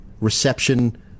reception